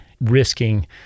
risking